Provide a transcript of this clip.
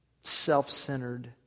self-centered